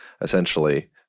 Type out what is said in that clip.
essentially